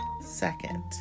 second